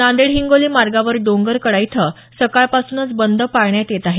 नांदेड हिंगोली मार्गावर डोंगरकडा इथं सकाळपासून बंद पाळण्यात येत आहे